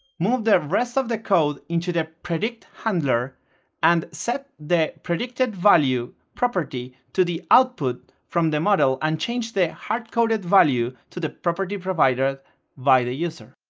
move the rest of the code into the predict handler and set the predictedvalue property to the output from the model and change the hardcoded value to the property provided by the user.